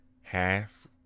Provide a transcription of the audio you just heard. half